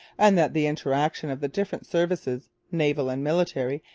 and that the interaction of the different services naval and military,